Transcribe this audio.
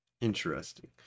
Interesting